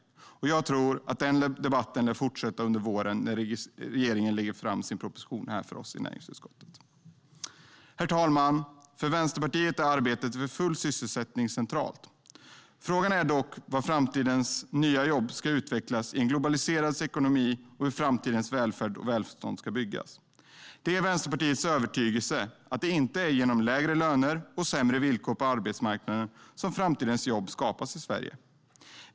Debatten lär fortsätta under våren när regeringen lägger fram sin proposition för oss i näringsutskottet. Herr talman! För Vänsterpartiet är arbetet för full sysselsättning centralt. Frågan är dock var framtidens nya jobb ska utvecklas och hur framtidens välfärd och välstånd ska byggas i en globaliserad ekonomi. Det är Vänsterpartiets övertygelse att det inte är genom lägre löner och sämre villkor på arbetsmarknaden som framtidens jobb skapas i Sverige.